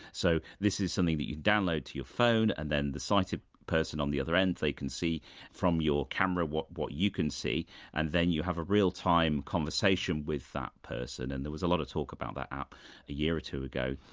so this is something that you can download to your phone and then the sighted person on the other end they can see from your camera what what you can see and then you have a real time conversation with that person. and there was a lot of talk about that app a year or two ago.